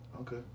Okay